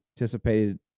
anticipated